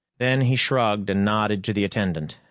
then he shrugged and nodded to the attendant.